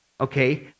Okay